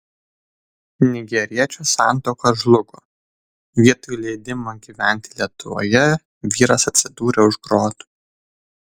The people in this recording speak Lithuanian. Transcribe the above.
nigeriečio santuoka žlugo vietoj leidimo gyventi lietuvoje vyras atsidūrė už grotų